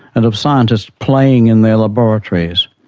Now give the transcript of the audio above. and of scientists playing in their laboratories,